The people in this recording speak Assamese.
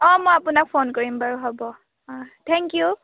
অঁ মই আপোনাক ফোন কৰিম বাৰু হ'ব অঁ থেংক ইউ